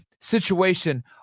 situation